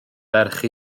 ferch